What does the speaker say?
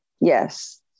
Yes